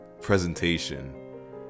presentation